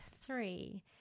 three